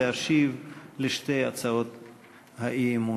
להשיב על שתי הצעות האי-אמון.